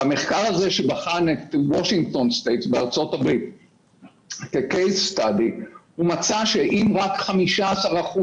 במחקר שבחן את וושינגטון סטייט כקייס סטאדי הוא מצא שאם רק 15%